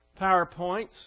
PowerPoints